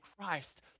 Christ